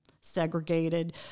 segregated